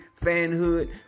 Fanhood